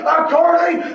according